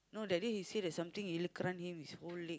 no that day he said that something him his whole leg